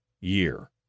year